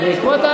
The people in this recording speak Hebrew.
אבל זה נושא אחר,